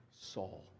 Saul